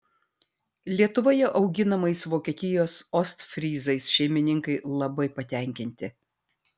lietuvoje auginamais vokietijos ostfryzais šeimininkai labai patenkinti